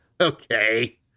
okay